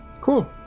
Cool